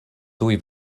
tuj